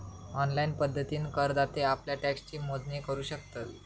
online पद्धतीन करदाते आप्ल्या टॅक्सची मोजणी करू शकतत